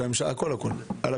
של הממשלה - על הכול הכול.